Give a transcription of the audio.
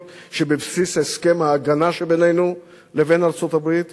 שבבסיס הסכם ההגנה שבינינו לבין ארצות-הברית.